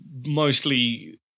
mostly